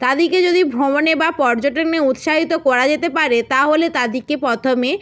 তাদেরকে যদি ভ্রমণে বা পর্যটনে উৎসাহিত করা যেতে পারে তাহলে তাদেরকে প্রথমে